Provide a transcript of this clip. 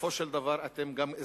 בסופו של דבר גם אתם אזרחים